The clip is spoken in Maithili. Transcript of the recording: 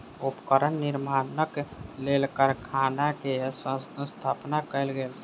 उपकरण निर्माणक लेल कारखाना के स्थापना कयल गेल